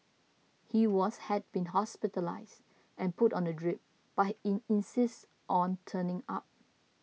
he was had been hospitalised and put on a drip but he in insisted on turning up